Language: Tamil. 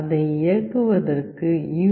அதை இயக்குவதற்கு யூ